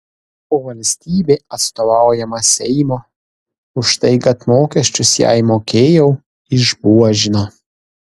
o valstybė atstovaujama seimo už tai kad mokesčius jai mokėjau išbuožino